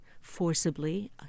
forcibly